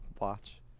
watch